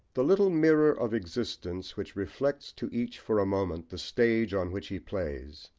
the little mirror of existence, which reflects to each for a moment the stage on which he plays,